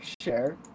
share